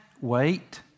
wait